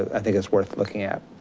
i think it's worth looking at.